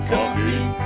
Coffee